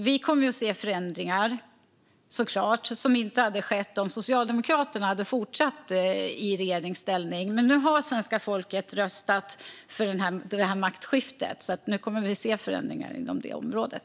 Vi kommer att se förändringar som inte hade skett om Socialdemokraterna hade fortsatt i regeringsställning. Men nu har svenska folket röstat för det här maktskiftet, så nu kommer vi att se förändringar på området.